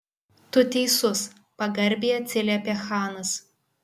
tu teisus pagarbiai atsiliepė chanas